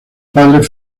padres